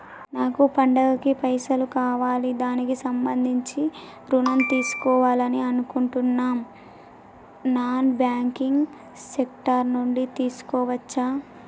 నాకు పండగ కి పైసలు కావాలి దానికి సంబంధించి ఋణం తీసుకోవాలని అనుకుంటున్నం నాన్ బ్యాంకింగ్ సెక్టార్ నుంచి తీసుకోవచ్చా?